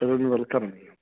renewal करणीयं